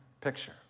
picture